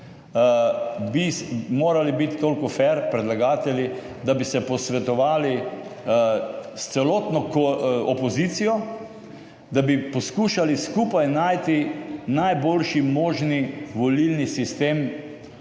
bi morali biti toliko fer predlagatelji, da bi se posvetovali s celotno opozicijo, da bi poskušali skupaj najti najboljši možni volilni sistem za